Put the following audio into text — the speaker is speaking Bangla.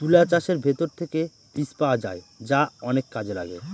তুলা গাছের ভেতর থেকে বীজ পাওয়া যায় যা অনেক কাজে লাগে